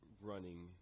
running